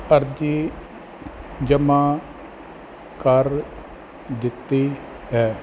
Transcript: ਅਰਜ਼ੀ ਜਮ੍ਹਾਂ ਕਰ ਦਿੱਤੀ ਹੈ